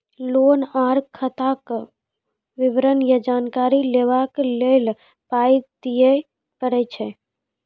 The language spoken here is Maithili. लोन आर खाताक विवरण या जानकारी लेबाक लेल पाय दिये पड़ै छै?